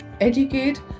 educate